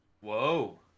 Whoa